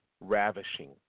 ravishing